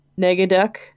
Negaduck